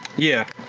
yeah,